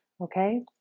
okay